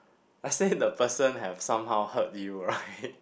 let say the person have somehow hurt you right